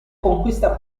conquista